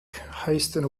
hasten